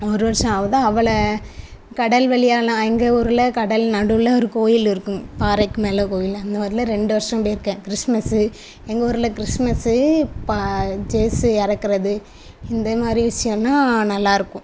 ஒரு வருஷம் ஆகுதா அவளை கடல் வெளியெலாம் எங்கள் ஊரில் கடல் நடுவில் ஒரு கோவில் இருக்கும் பாறைக்கு மேலே கோவில் அந்த மாதிரில ரெண்டு வருஷம் போயிருக்கேன் கிறிஸ்மஸ்ஸு எங்கள் ஊரில் கிறிஸ்மஸ்ஸு பா ஜேசு இறக்குறது இந்த மாதிரி விஷயமெலாம் நல்லா இருக்கும்